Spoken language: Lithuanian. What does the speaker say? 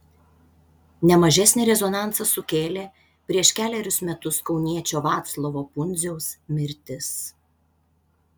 ne mažesnį rezonansą sukėlė prieš kelerius metus kauniečio vaclovo pundziaus mirtis